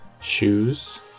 shoes